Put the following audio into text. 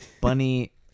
bunny